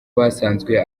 basanzwe